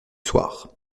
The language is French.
soir